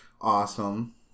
Awesome